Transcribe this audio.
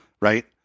right